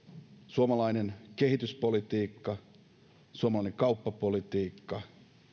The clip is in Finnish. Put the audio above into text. suomalainen kehityspolitiikka ja suomalainen kauppapolitiikka